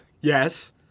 Yes